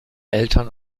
eltern